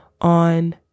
on